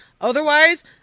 Otherwise